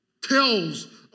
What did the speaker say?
tells